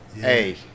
hey